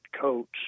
coats